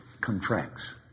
contracts